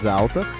alta